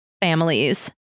families